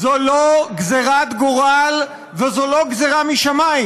זה לא גזרת גורל וזה לא גזרה משמיים,